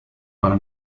para